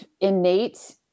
innate